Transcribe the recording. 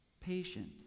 patient